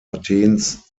athens